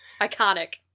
Iconic